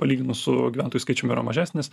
palyginus su gyventojų skaičium yra mažesnis